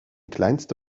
kleinste